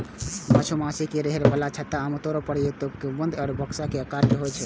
मधुमाछी के रहै बला छत्ता आमतौर पर या तें गुंबद या बक्सा के आकारक होइ छै